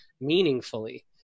meaningfully